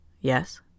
Yes